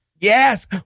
Yes